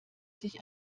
sich